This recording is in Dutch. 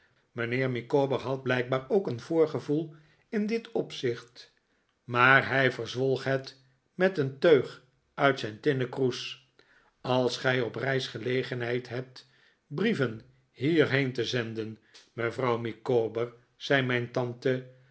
mijnheer micawber had blijkbaar ook een voorgevoel in dit opzicht maar hij verzwolg het met een teug uit zijn tinnen kroes als gij op reis gelegenheid hebt brieven hierheen te zenden mevrouw micawber zei mijn tante